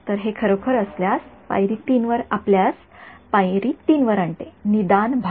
तर हे खरोखर आपल्याला पायरी ३ वर आणते निदान भाग